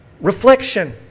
reflection